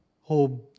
Home